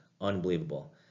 unbelievable